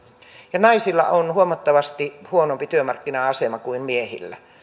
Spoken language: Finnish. ja naisilla on huomattavasti huonompi työmarkkina asema kuin miehillä